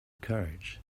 courage